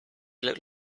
looked